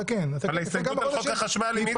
על ההסתייגות לחוק החשמל --- אתה כן,